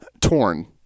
torn